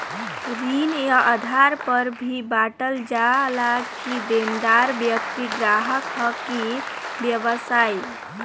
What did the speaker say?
ऋण ए आधार पर भी बॉटल जाला कि देनदार व्यक्ति ग्राहक ह कि व्यवसायी